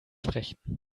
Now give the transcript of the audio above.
sprechen